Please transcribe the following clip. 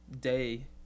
day